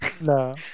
No